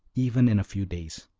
even in a few days.